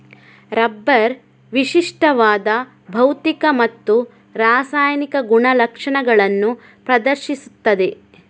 rubber ವಿಶಿಷ್ಟವಾದ ಭೌತಿಕ ಮತ್ತು ರಾಸಾಯನಿಕ ಗುಣಲಕ್ಷಣಗಳನ್ನು ಪ್ರದರ್ಶಿಸುತ್ತದೆ